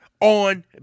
on